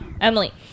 emily